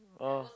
oh